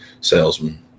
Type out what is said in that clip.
salesman